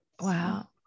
Wow